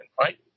right